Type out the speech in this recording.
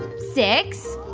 six,